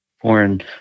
foreign